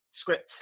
scripts